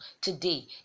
today